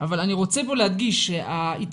אבל אני רוצה פה להדגיש שההתערבות